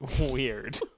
weird